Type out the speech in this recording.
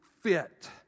fit